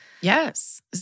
Yes